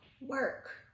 Work